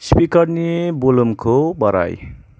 स्पिकारनि भलुमखौ बाराय